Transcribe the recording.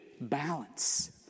balance